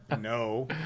no